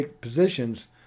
positions